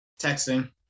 Texting